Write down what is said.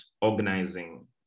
organizing